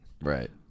Right